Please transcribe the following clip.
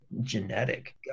genetic